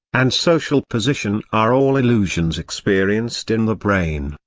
and social position are all illusions experienced in the brain,